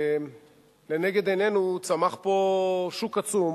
לנגד עינינו צמח פה שוק עצום